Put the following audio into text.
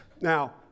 Now